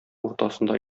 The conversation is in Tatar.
уртасында